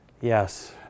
yes